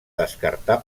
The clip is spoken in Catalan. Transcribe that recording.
descartar